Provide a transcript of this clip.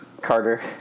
Carter